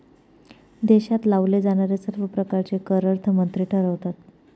देशात लावले जाणारे सर्व प्रकारचे कर अर्थमंत्री ठरवतात